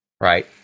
right